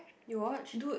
you watched